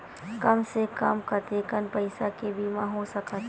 कम से कम कतेकन पईसा के बीमा हो सकथे?